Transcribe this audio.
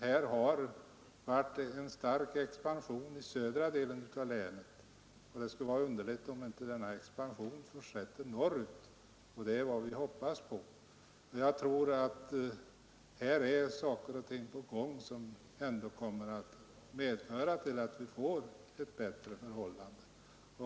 Här har varit en stark expansion i södra delen av länet, och det skulle vara underligt, om inte denna expansion fortsätter norr ut. Detta är vad vi hoppas på. Jag tror också att det kommer företag som medför att vi får ett bättre förhållande.